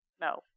No